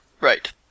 Right